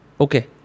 Okay